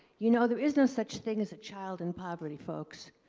you know, there is no such thing as a child in poverty folks.